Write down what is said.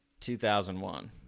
2001